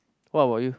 what about you